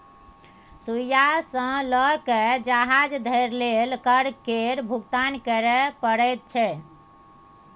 सुइया सँ लए कए जहाज धरि लेल कर केर भुगतान करय परैत छै